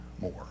more